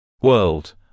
world